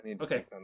Okay